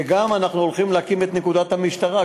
ואנחנו גם הולכים להקים את נקודת המשטרה,